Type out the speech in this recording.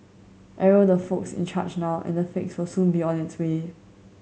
arrow the folks in charge now and a fix will soon be on its way